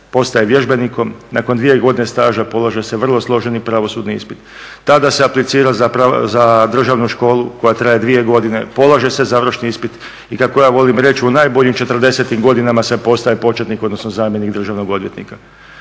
postaje vježbenikom, nakon 2 godine staža polaže se vrlo složeni pravosudni ispit. Tada se aplicira za državnu školu koja traje 2 godine, polaže se završni ispit i kako ja velim reći u najboljim 40.-im godinama se postaje početnik odnosno zamjenik državnog odvjetnika.